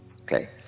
Okay